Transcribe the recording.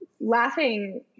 laughing